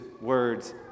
words